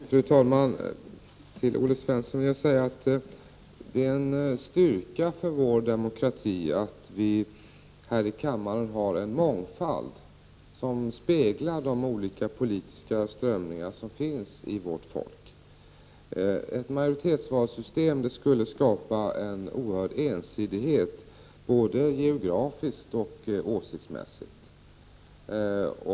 Fru talman! Jag vill säga till Olle Svensson att det är en styrka för vår demokrati att vi här i kammaren har en mångfald som speglar de olika politiska strömningar som finns i vårt folk. Ett majoritetsvalssystem skulle skapa en oerhörd ensidighet både geografiskt och åsiktsmässigt.